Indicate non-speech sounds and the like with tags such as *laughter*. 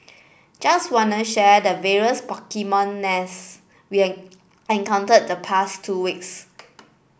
just wanna share the various Pokemon nests we *unintelligible* encountered the past two weeks